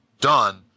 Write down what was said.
done